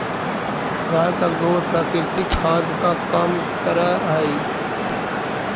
गाय का गोबर प्राकृतिक खाद का काम करअ हई